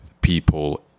people